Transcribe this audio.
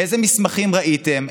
איזה מסמכים ראיתם,